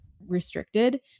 restricted